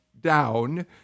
down